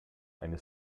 eine